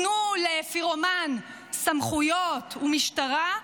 תנו לפירומן סמכויות ומשטרה,